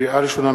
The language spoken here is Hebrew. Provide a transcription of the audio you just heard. לקריאה ראשונה,